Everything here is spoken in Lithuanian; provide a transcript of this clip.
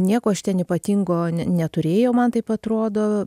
nieko aš ten ypatingo ne neturėjau man taip atrodo